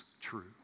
true